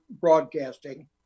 broadcasting